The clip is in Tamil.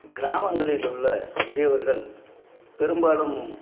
கிராமங்களில் உள்ள முதியவர்கள் பெரும்பாலும்